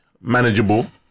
Manageable